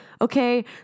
Okay